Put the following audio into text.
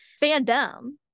fandom